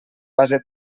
base